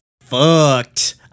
fucked